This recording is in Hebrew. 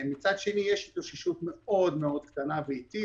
מצד שני יש התאוששות מאוד מאוד קטנה ואיטית